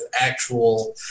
actual